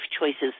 choices